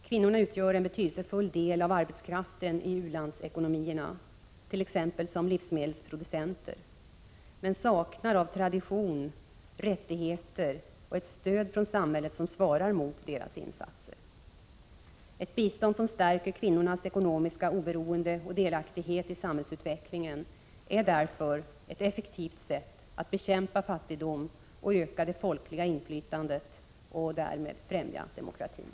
Kvinnorna utgör en betydelsefull del av arbetskraften i u-landsekonomierna, t.ex. som livsmedelsproducenter, men saknar av tradition rättigheter och ett stöd från samhället som svarar mot deras insatser. Ett bistånd som stärker kvinnornas ekonomiska oberoende och delaktighet i samhällsutvecklingen är därför ett effektivt sätt att bekämpa fattigdom och öka det folkliga inflytandet och därmed främja demokratin.